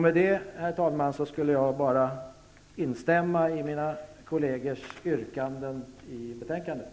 Med det, herr talman, vill jag bara instämma i mina kollegers yrkanden i betänkandet.